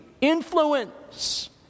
influence